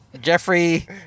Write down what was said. Jeffrey